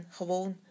gewoon